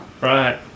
Right